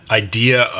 idea